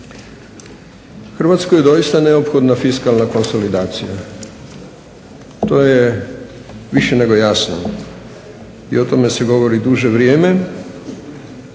Hrvatskoj je doista potrebna fiskalna konsolidacija, to je više nego jasno i o tome se govori duže vrijeme.